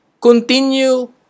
continue